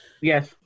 yes